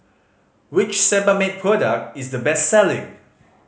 which Sebamed product is the best selling